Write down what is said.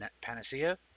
panacea